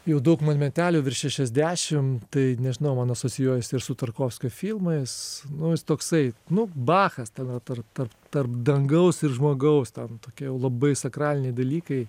jau daug man metelių virš šešiasdešim tai nežinau man asocijuojasi su tarkovskio filmais nu jis toksai nu bachas ten tarp tarp tarp dangaus ir žmogaus ten tokie jau labai sakraliniai dalykai